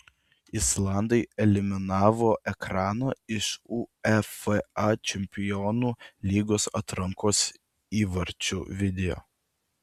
islandai eliminavo ekraną iš uefa čempionų lygos atrankos įvarčių video